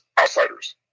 outsiders